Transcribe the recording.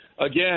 Again